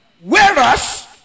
Whereas